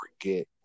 forget